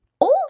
Old